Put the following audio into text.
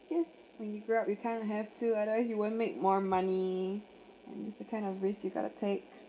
you know when you grow up you kinda have to otherwise you won't make more money mm the kind of risk you got to take